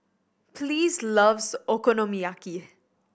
Pleas loves Okonomiyaki